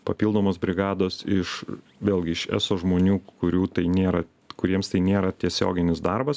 papildomos brigados iš vėlgi iš eso žmonių kurių tai nėra kuriems tai nėra tiesioginis darbas